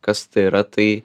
kas tai yra tai